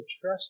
trust